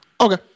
Okay